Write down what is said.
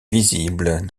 visible